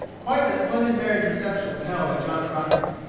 quite a splendid marriage reception was held at john crockett's.